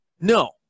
No